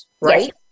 right